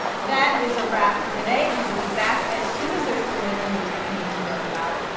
that is a wrap for today. we will be back as soon as there's political news that you need to know about.